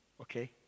Okay